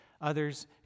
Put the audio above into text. others